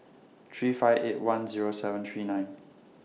three five eight one Zero seven three nine